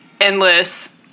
endless